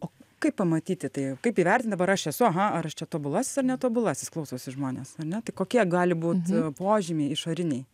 o kaip pamatyti tai kaip įvertint dabar aš esu aha ar čia tobulasis ar netobulasis klausosi žmonės ar ne tai kokie gali būt požymiai išoriniai